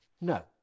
no